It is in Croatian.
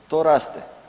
To raste.